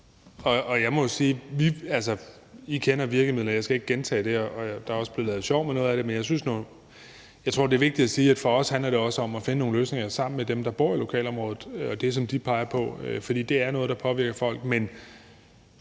Og jeg må jo sige: I kender virkemidlerne; jeg skal ikke gentage det, og der er også blevet lavet sjov med noget af det. Men jeg tror, det er vigtigt at sige, at for os handler det også om at finde nogle løsninger sammen med nogle af dem, der bor i lokalområdet, og det, som de peger på, for det er noget, der påvirker folk. Men